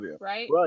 Right